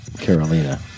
Carolina